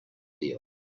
deal